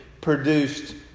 produced